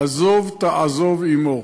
עזֹב תעזֹב עמו".